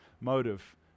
motive